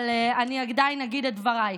אבל אני עדיין אגיד את דבריי.